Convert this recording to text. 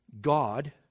God